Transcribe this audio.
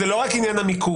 זה לא רק עניין המיקום.